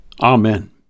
Amen